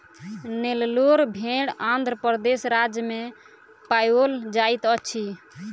नेल्लोर भेड़ आंध्र प्रदेश राज्य में पाओल जाइत अछि